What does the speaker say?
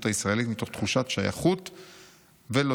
הישראלית מתוך תחושת שייכות ולויאליות,